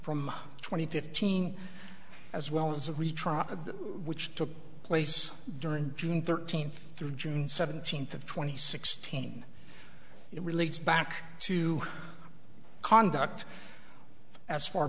from twenty fifteen as well as a retrial which took place during june thirteenth through june seventeenth of twenty sixteen it relates back to conduct as far